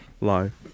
Live